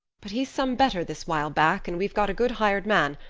but he's some better this while back and we've got a good hired man,